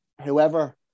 whoever